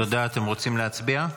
אתם רוצים להצביע?